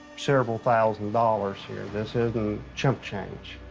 several thousand dollars here. this isn't chump change.